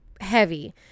heavy